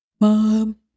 Mom